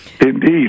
Indeed